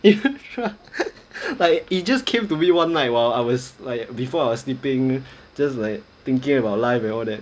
like it just came to me one night while I was like before I was sleeping just like thinking about life and all that